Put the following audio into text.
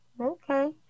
Okay